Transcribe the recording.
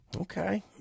Okay